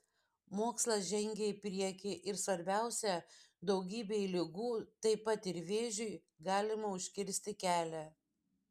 mokslas žengia į priekį ir svarbiausia daugybei ligų taip pat ir vėžiui galima užkirsti kelią